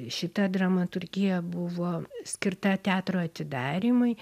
šita dramaturgija buvo skirta teatro atidarymui